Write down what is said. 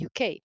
UK